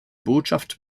botschaft